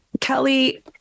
Kelly